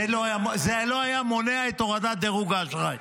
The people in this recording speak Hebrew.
זה לא היה מונע את הורדת דירוג האשראי.